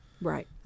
right